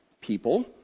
people